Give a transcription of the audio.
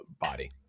body